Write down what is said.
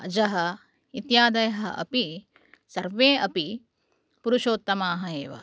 अजः इत्यादयः अपि सर्वे अपि पुरुषोत्तमाः एव